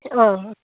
অঁ